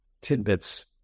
tidbits